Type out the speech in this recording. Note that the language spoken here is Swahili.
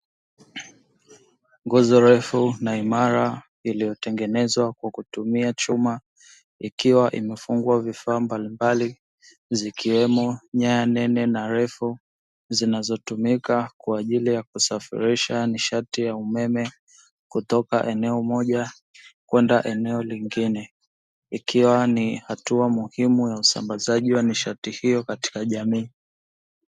Nguzo refu na imara iliotengenezwa kwa kutumia chuma ikiwa imefungwa vifaa mbalimbali zikiwemo nyaya nene na refu zinazotumika kwa ajili ya kusafirisha nishati ya umeme kutoka eneo moja kwenda liingine, ikiwa ni hatua muhimu katika usambazaji wa nishati hio katika jamii.